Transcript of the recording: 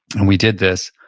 and we did this.